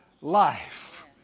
life